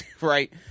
right